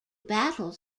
battle